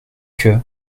que